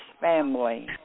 family